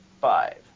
Five